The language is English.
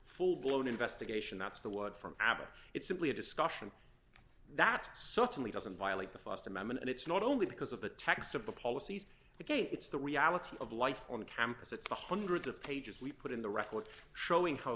full blown investigation that's the word from abbott it's simply a discussion that certainly doesn't violate the fast amendment and it's not only because of the text of the policies again it's the reality of life on campus it's the hundreds of pages we put in the record showing how